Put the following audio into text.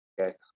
okay